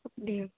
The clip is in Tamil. அப்படியா